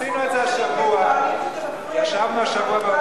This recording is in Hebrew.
וראינו את הסכנה האיומה שהורידו את המדרכות ברחוב יפו,